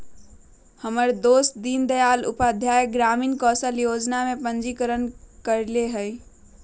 हमर दोस दीनदयाल उपाध्याय ग्रामीण कौशल जोजना में पंजीकरण करएले हइ